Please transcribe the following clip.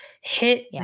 hit